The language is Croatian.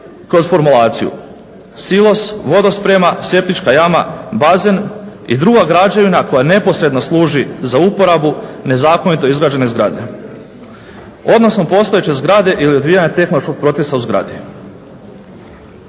kroz formulaciju – silos, vodosprema, septička jama, bazen i druga građevina koja neposredno služi za uporabu nezakonito izgrađene zgrade, odnosno postojeće zgrade ili odvijanje tehnološkog procesa u zgradi.